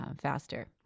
faster